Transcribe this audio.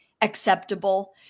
acceptable